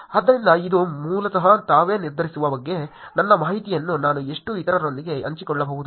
ಆದ್ದರಿಂದ ಇದು ಮೂಲತಃ ತಾವೇ ನಿರ್ಧರಿಸುವ ಬಗ್ಗೆ ನನ್ನ ಮಾಹಿತಿಯನ್ನು ನಾನು ಎಷ್ಟು ಇತರರೊಂದಿಗೆ ಹಂಚಿಕೊಳ್ಳಬಹುದು